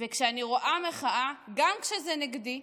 וכשאני רואה מחאה, גם כשזה נגדי,